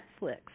Netflix